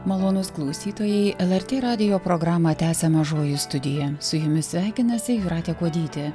malonūs klausytojai lrt radijo programą tęsia mažoji studija su jumis sveikinasi jūratė kuodytė